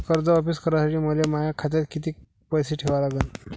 कर्ज वापिस करासाठी मले माया खात्यात कितीक पैसे ठेवा लागन?